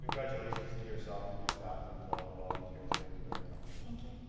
congratulations to yourself and your staff and to all the volunteers, thank you very much. thank you.